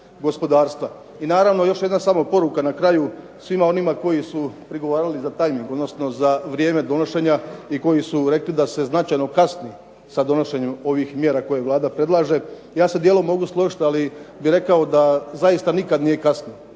I naravno, još jedna samo poruka na kraju svima onima koji su prigovarali za tajming, odnosno za vrijeme donošenja i koji su rekli da se značajno kasni sa donošenjem ovih mjera koje Vlada predlaže, ja se dijelom mogu složiti, ali bih rekao da zaista nikad nije kasno.